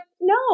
no